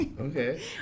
Okay